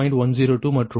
102 மற்றும் ∆Q30 1